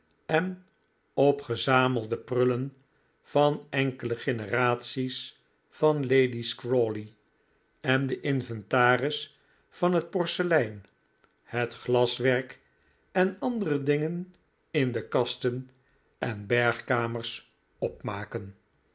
en opgezamelde prullen van enkele generaties van lady's crawley en den inventaris van het porselein het glaswerk en andere dingen in de kasten en bergkamers opmaken